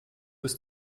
ist